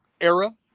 era